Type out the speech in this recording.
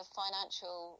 financial